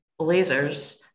lasers